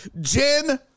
Jen